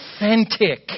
authentic